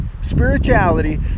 spirituality